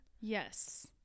Yes